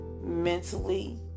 mentally